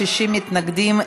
60 מתנגדים.